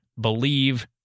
Believe